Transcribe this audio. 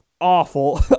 awful